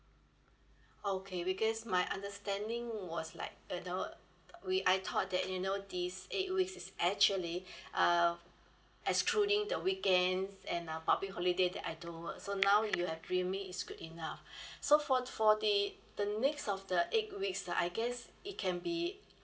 okay because my understanding was like you know we I thought that you know this eight weeks is actually uh excluding the weekends and uh public holiday that I don't work so now you have fill in is good enough so for for the the next of the eight weeks I guess it can be